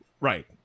Right